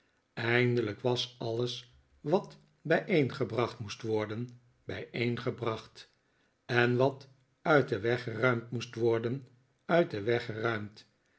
eindelijk was alles wat bijeengebracht moest worden bijeengebracht en wat uit den weg geruimd moest worden uit den weg geruimd